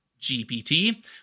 GPT